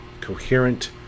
coherent